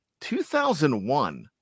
2001